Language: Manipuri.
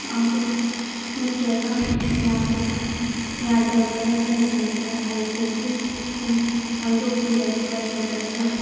ꯑꯥꯎꯠ ꯑꯦꯛꯁ ꯅꯠꯇ꯭ꯔꯒ ꯌꯥꯗꯕ ꯌꯥꯗꯕꯒ ꯂꯩꯅꯕ꯭ꯔ ꯍꯥꯏꯕꯗꯨ ꯈꯪꯗꯣꯛꯄꯤꯔꯛꯄ ꯌꯥꯒꯗ꯭ꯔꯥ